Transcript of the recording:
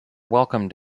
welcomed